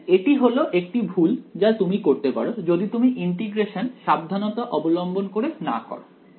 অতএব এটি হলো একটি ভুল যা তুমি করতে পারো যদি তুমি ইন্টিগ্রেশন সাবধানতা অবলম্বন করে না করো